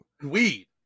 Weed